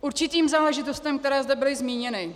K určitým záležitostem, které zde byly zmíněny.